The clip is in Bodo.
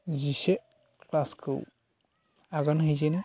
जिसे क्लासखौ आगान हैजेनो